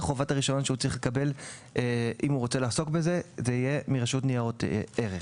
חובת הרישיון שהוא צריך לקבל תהיה מרשות ניירות ערך.